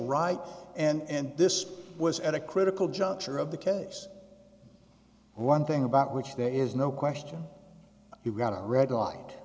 right and this was at a critical juncture of the case one thing about which there is no question you got a red